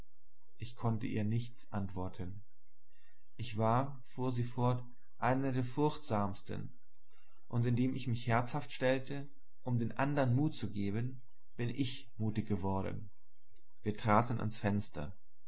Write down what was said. ich konnte ihr nichts antworten ich war fuhr sie fort eine der furchtsamsten und indem ich mich herzhaft stellte um den andern mut zu geben bin ich mutig geworden wir traten ans fenster